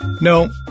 No